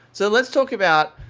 so let's talk about